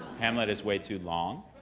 hamlet is way too long.